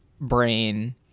brain